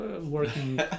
working